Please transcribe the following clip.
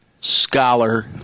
scholar